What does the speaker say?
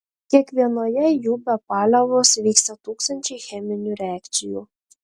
kiekvienoje jų be paliovos vyksta tūkstančiai cheminių reakcijų